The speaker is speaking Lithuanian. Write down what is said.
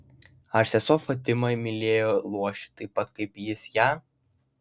ar sesuo fatima mylėjo luošį taip pat kaip jis ją